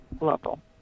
Local